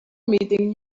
meeting